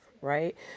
right